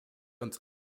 uns